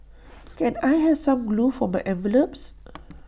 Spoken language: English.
can I have some glue for my envelopes